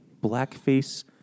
blackface